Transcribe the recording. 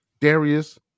Darius